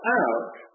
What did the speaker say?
out